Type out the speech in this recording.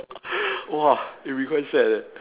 !wah! it'll be quite sad leh